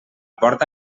porta